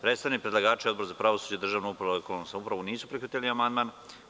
Predstavnik predlagača i Odbor za pravosuđe, državnu upravu i lokalnu samoupravu nisu prihvatili amandman.